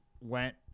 went